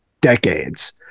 decades